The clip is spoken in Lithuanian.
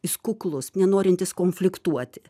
jis kuklus nenorintis konfliktuoti